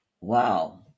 Wow